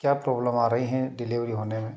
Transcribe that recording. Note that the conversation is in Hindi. क्या प्रॉब्लम आ रही है डिलीवरी होने में